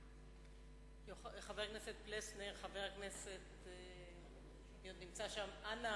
חבר הכנסת פלסנר, חבר הכנסת יואל חסון, אנא,